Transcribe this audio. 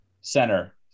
center